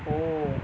oh